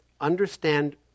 understand